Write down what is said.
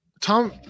Tom